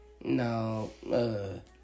No